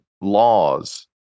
laws